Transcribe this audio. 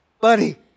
buddy